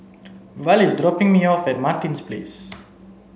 Val is dropping me off at Martin Place